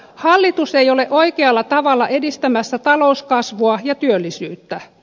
hallitus ei ole oikealla tavalla edistämässä talouskasvua ja työllisyyttä